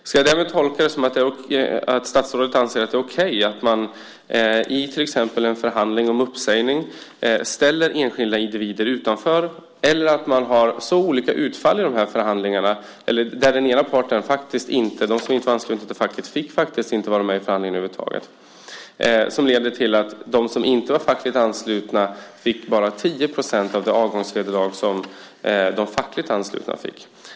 Ska jag därmed tolka det som att statsrådet anser att det är okej att man i till exempel en förhandling om uppsägning ställer enskilda individer utanför? Den ena parten, som inte var ansluten till facket, fick faktiskt inte vara med i förhandlingen över huvud taget. Det ledde till att de som inte var fackligt anslutna bara fick 10 % av det avgångsvederlag som de fackligt anslutna fick.